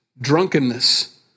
drunkenness